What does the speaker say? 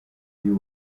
y’u